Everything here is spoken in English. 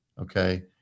okay